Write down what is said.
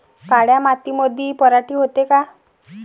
काळ्या मातीमंदी पराटी होते का?